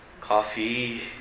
Coffee